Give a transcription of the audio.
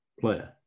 player